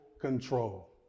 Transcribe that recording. control